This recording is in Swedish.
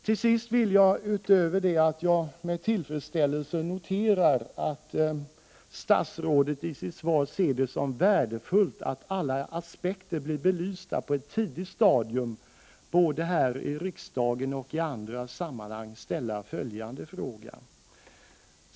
Till sist vill jag, utöver att jag med tillfredsställelse noterar att statsrådet i sitt svar säger att hon ser det som värdefullt att alla aspekter blir belysta på ett tidigt stadium både här i riksdagen och i andra sammanhang.